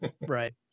Right